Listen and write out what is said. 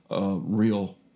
real